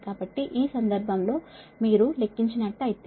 కాబట్టి ఈ సందర్భం లో మీరు లెక్కించినట్లైతే